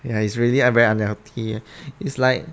ya it's really very unhealthy it's like